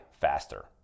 faster